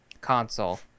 console